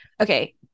okay